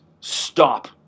Stop